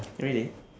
really